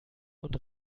und